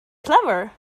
clever